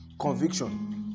Conviction